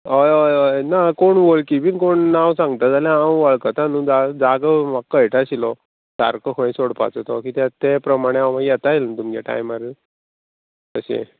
हय हय हय ना कोण वळखी बीन कोण नांव सांगता जाल्यार हांव वळखता न्हू जाग जागो म्हाका कळटा आशिल्लो सारको खंय सोडपाचो तो कित्याक ते प्रमाणे हांव म्हाका येतां आशिल्लो तुमच्या टायमार अशें